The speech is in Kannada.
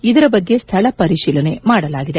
ಇದರ ಬಗ್ಗೆ ಸ್ಥಳ ಪರಿಶೀಲನೆ ಮಾಡಲಾಗಿದೆ